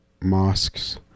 mosques